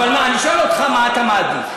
אבל אני שואל אותך מה אתה מעדיף: